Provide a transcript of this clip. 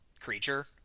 creature